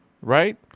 right